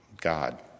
God